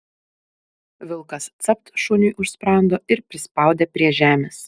vilkas capt šuniui už sprando ir prispaudė prie žemės